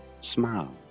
smile